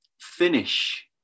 finish